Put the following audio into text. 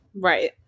Right